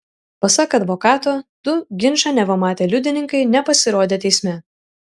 pasak advokato du ginčą neva matę liudininkai nepasirodė teisme